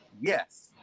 yes